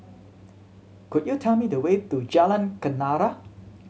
could you tell me the way to Jalan Kenarah